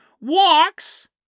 walks